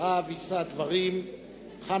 אחריו יישא דברים חבר